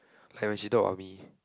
like when she talk about me